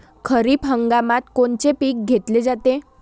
खरिप हंगामात कोनचे पिकं घेतले जाते?